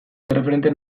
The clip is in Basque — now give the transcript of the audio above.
erreferente